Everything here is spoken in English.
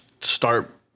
start